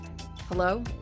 Hello